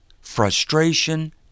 frustration